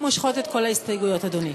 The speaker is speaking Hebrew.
מושכות את כל ההסתייגויות, אדוני.